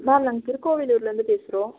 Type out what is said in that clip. ma'am நாங்கள் திருக்கோவிலூர்லேந்து பேசுகிறோம்